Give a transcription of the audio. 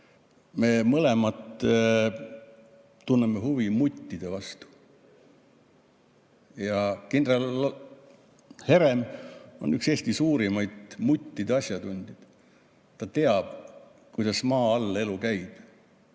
me mõlemad tunneme huvi muttide vastu. Kindral Herem on üks Eesti suurimaid muttide asjatundjaid, ta teab, kuidas maa all elu käib